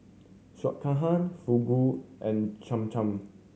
Sekihan Fugu and Cham Cham